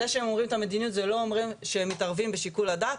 זה שהם אומרים את המדיניות זה לא אומר שהם מתערבים בשיקול הדעת,